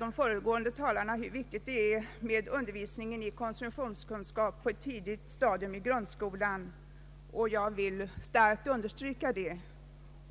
De föregående talarna har nämnt hur viktigt det är med undervisning i konsumtionskunskap på ett tidigt stadium i grundskolan, och jag vill starkt understryka det.